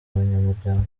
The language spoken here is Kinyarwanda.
abanyamuryango